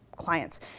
clients